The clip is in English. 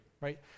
right